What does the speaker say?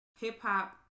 hip-hop